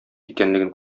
икәнлеген